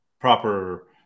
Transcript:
proper